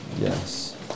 Yes